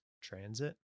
Transit